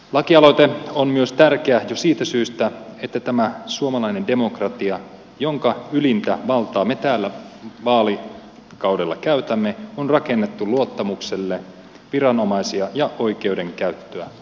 lakialoite on tärkeä jo siitäkin syystä että tämä suomalainen demokratia jonka ylintä valtaa me täällä vaalikaudella käytämme on rakennettu luottamukselle viranomaisia ja oikeudenkäyttöä kohtaan